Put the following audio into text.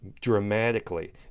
dramatically